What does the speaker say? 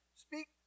Speak